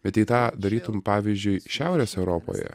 bet jei tą darytum pavyzdžiui šiaurės europoje